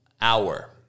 hour